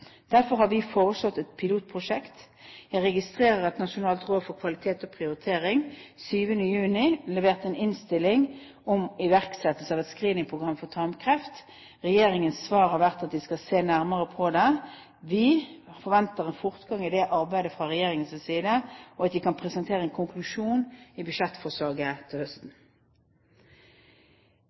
Derfor har vi foreslått et pilotprosjekt. Jeg registrerer at Nasjonalt råd for kvalitet og prioritering i helsetjenesten den 7. juni leverte inn en innstilling om iverksettelse av et screeningprogram for tarmkreft. Regjeringens svar har vært at de skal se nærmere på det. Vi forventer en fortgang i det arbeidet fra regjeringens side og at de kan presentere en konklusjon i budsjettforslaget til høsten.